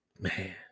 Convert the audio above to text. man